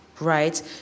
right